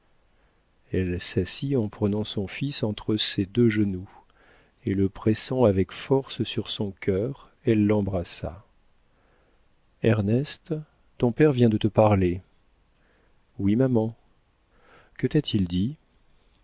elle s'assit en prenant son fils entre ses deux genoux et le pressant avec force sur son cœur elle l'embrassa ernest ton père vient de te parler oui maman que t'a-t-il dit